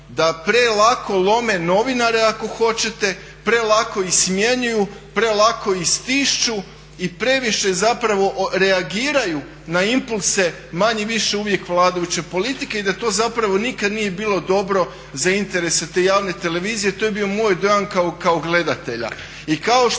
Da prelako lome novinare ako hoćete, prelako ih smjenjuju, prelako ih stišću i previše zapravo reagiraju na impulse manje-više uvijek vladajuće politike i da to zapravo nikad nije bilo dobro za interese te javne televizije. To je bio moj dojam kao gledatelja.